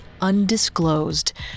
Undisclosed